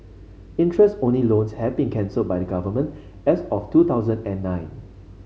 interest only loans have been cancelled by the Government as of two thousand and nine